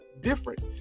different